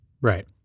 Right